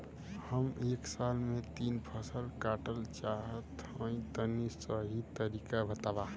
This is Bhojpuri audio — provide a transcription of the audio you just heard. हम एक साल में तीन फसल काटल चाहत हइं तनि सही तरीका बतावा?